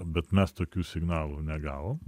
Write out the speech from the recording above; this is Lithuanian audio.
bet mes tokių signalų negavom